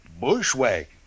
Bushwhack